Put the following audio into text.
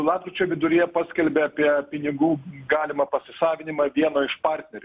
lapkričio viduryje paskelbė apie pinigų galimą pasisavinimą vieno iš partnerių